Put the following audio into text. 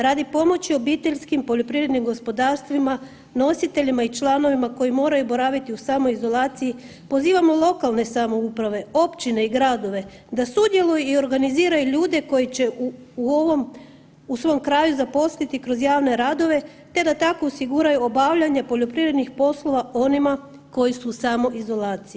Radi pomoći obiteljskim poljoprivrednim gospodarstvima, nositeljima i članovima koji moraju boraviti u samoizolaciji pozivamo lokalne samouprave, općine i gradove da sudjeluju i organiziraju ljude koji će u ovom, u svom kraju zaposliti kroz javne radove te da tako osiguraju obavljanje poljoprivrednih poslova onima koji su u samoizolaciji.